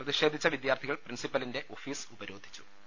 പ്രതിഷേധിച്ച വിദ്യാർഥികൾ പ്രിൻസിപ്പലിന്റെ ഓഫിസ് ഉപരോധിച്ചു്